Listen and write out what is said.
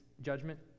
judgment